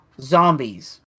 zombies